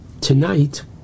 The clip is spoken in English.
tonight